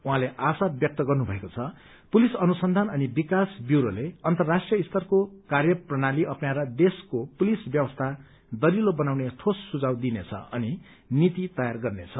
उहाँले आशा व्यक्त गर्नुभएको छ पुलिस अनुसन्धान अनि विकास ब्यूरो अन्तर्राष्ट्रीय स्तरको कार्यप्रणाली अप्नाएर देशको पुलिस व्यवस्था दह्रिलो बनाउने ठोस सुझाव दिइनेछ अनि नीति तयार गर्नेछ